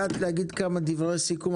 הגעת להגיד כמה דברי סיכום,